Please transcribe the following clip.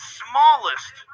smallest